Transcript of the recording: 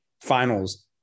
finals